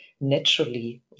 naturally